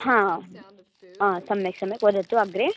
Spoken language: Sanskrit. हा हा सम्यक् सम्यक् वदतु अग्रे